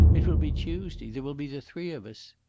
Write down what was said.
it will be tuesday. there will be the three of us.